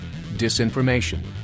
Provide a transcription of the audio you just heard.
Disinformation